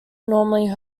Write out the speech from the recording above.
normally